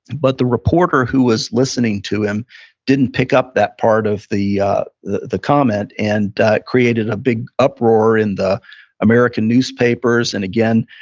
but the reporter who was listening to him didn't pick up that part of the the comment. and that created a big uproar in the american newspapers. and again,